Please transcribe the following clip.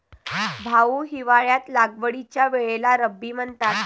भाऊ, हिवाळ्यात लागवडीच्या वेळेला रब्बी म्हणतात